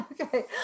Okay